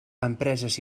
empreses